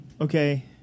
Okay